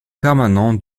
permanent